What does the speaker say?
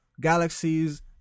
galaxies